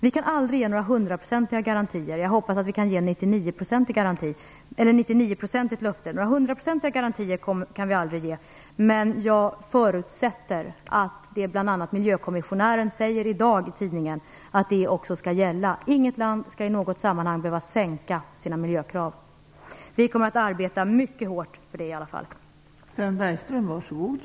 Vi kan aldrig ge hundraprocentiga garantier, men jag hoppas att vi kan ge 99-procentiga garantier. Jag förutsätter att det som miljökommissionären i dag säger också skall gälla. Inget land skall behöva sänka sina miljökrav. Vi kommer i alla fall att arbeta mycket hårt för det.